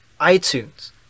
iTunes